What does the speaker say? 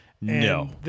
No